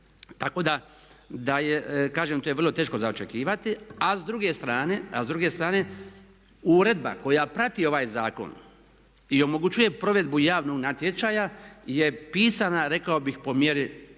Tako da kažem to je vrlo teško za očekivati. S druge strane uredba koja prati ovaj zakon i omogućuje provedbu javnog natječaja je pisana rekao bih po mjeri